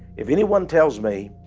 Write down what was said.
if anyone tells me